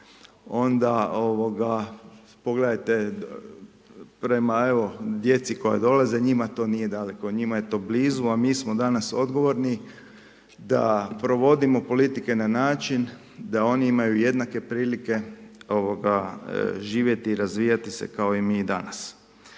onda pogledajte prema djeci koja dolaze, njima to nije daleko, njima je to blizu, a mi smo danas odgovorni da provodimo politike na način, da oni imaju jednake prilike živjeti, razvijati se kao i mi danas.